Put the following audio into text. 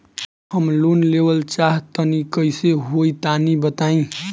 हम लोन लेवल चाह तनि कइसे होई तानि बताईं?